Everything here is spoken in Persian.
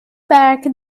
برگ